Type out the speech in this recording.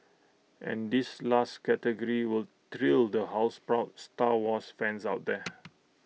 and this last category will thrill the house proud star wars fans out there